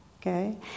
okay